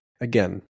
Again